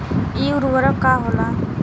इ उर्वरक का होला?